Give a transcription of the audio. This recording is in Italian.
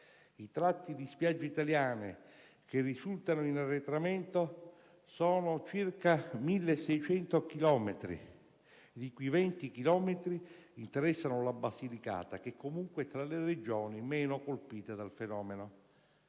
I tratti di spiagge italiane che risultano in arretramento sono circa 1.600 chilometri, di cui 20 chilometri interessano la Basilicata che, comunque, è tra le Regioni meno colpite dal fenomeno.